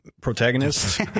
protagonist